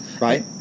Right